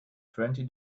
twenty